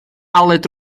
aled